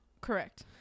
Correct